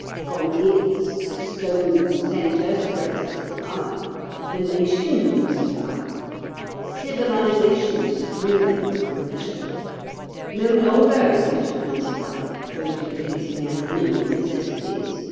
from its stone centre spreads its power the nation leaps to life civilisation springs from leisure no longer is each man's life devoted to his mere animal necessities.